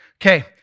Okay